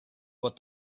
what